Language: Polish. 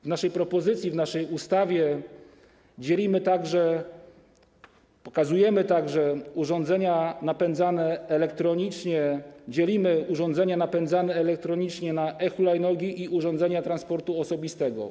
W naszej propozycji, w naszej ustawie dzielimy, pokazujemy także urządzenia napędzane elektronicznie, dzielimy urządzenia napędzane elektronicznie na e-hulajnogi i urządzenia transportu osobistego.